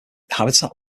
habitat